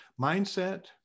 Mindset